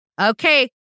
okay